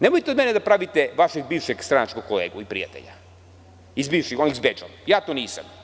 Nemojte od mene da pravite vašeg bivšeg stranačkog kolegu i prijatelja, onih s bedžom, jer ja to nisam.